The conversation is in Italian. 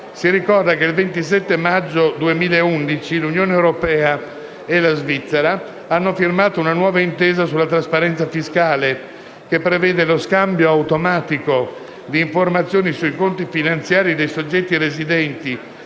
Si ricorda che il 27 marzo 2011 l'Unione europea e la Svizzera hanno firmato una nuova intesa sulla trasparenza fiscale, che prevede lo scambio automatico di informazioni sui conti finanziari dei soggetti residenti